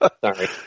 Sorry